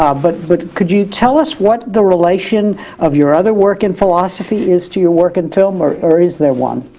um but but could you tell us what the relation of your other work in philosophy is to your work in film or or is there one?